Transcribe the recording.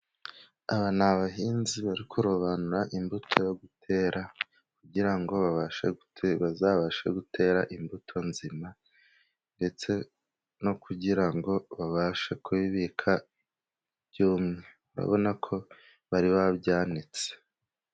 Aba ni abahinzi bari kurobanura imbuto yo gutera, kugira ngo bazabashe gutera imbuto nzima, ndetse no kugira ngo babashe kuzibika zumye urabona ko bari bazanitse.